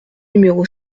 numéro